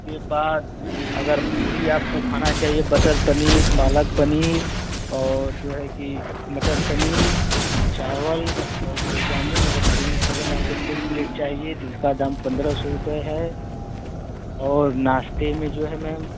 उसके बाद अगर पूरी आपको खाना चाहिए बटर पनीर पालक पनीर और जो है कि मटर पनीर चावल और गुलाब जामुन अगर पूरा भोजन आपको फुल प्लेट चाहिए तो इसका दाम पंद्रह सौ रुपये है और नाश्ते में जो है मैम